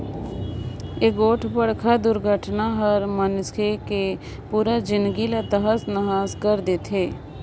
एगोठ बड़खा दुरघटना हर मइनसे के पुरा जिनगी ला तहस नहस कइर देथे